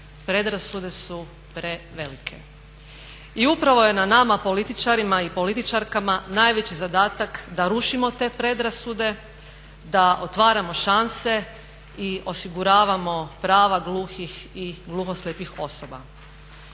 predrasude su prevelike. I u pravo je na nama političarima i političarkama najveći zadatak da rušimo te predrasude, da otvaramo šanse i osiguravamo prava gluhih i gluhoslijepih osoba.